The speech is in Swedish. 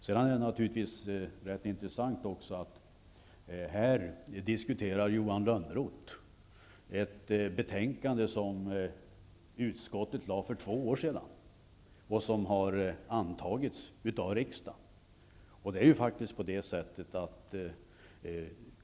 Sedan är det naturligtvis rätt intressant att Johan Lönnroth här diskuterar ett betänkande som utskottet lade fram för två år sedan och vars förslag riksdagen anslöt sig till.